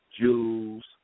Jews